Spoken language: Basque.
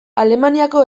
alemaniako